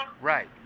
Right